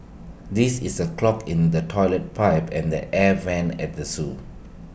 this is A clog in the Toilet Pipe and the air Vents at the Zoo